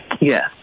Yes